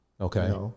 Okay